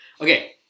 Okay